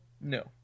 No